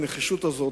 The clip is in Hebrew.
הנחישות הזאת,